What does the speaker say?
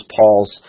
Paul's